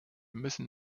müssen